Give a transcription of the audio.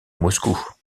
moscou